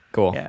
Cool